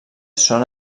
són